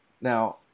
Now